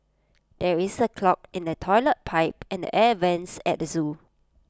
there is A clog in the Toilet Pipe and the air Vents at the Zoo